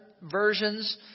versions